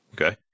Okay